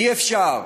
אי-אפשר,